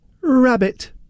rabbit